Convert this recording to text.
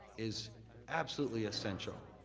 is absolutely essential.